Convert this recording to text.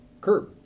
curve